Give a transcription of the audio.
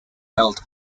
held